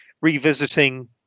revisiting